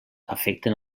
afecten